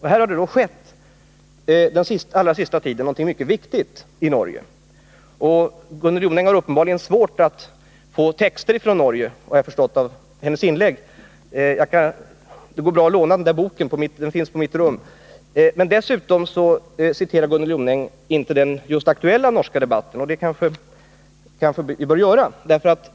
Det har nu skett någonting mycket viktigt i Norge under den allra senaste tiden. Gunnel Jonäng har uppenbarligen svårt att få texter från Norge — det har jag förstått av hennes inlägg. Det går bra att låna den där boken av mig. Den finns på mitt rum. 65 Gunnel Jonängs citat var inte hämtat från den just nu aktuella norska debatten, men vi kanske bör återge något av den.